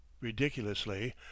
ridiculously